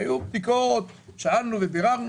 יהודית ודמוקרטית, מדינת כל אזרחיה.